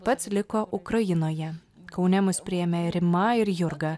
pats liko ukrainoje kaune mus priėmė rima ir jurga